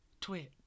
twitch